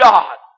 God